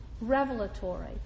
revelatory